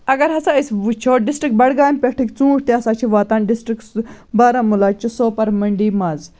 اگر ہَسا أسۍ وٕچھو ڈِسٹِرٛک بَڈگامہِ پٮ۪ٹھٕکۍ ژوٗنٛٹھۍ تہِ ہَسا چھِ واتان ڈِسٹِرٛک بارہمولہ چھِ سوپَر مٔنٛڈی منٛز